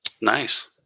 nice